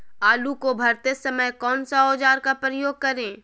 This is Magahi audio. आलू को भरते समय कौन सा औजार का प्रयोग करें?